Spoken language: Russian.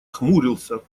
хмурился